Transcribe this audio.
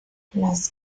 las